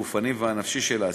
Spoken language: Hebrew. הגופני והנפשי של האסיר,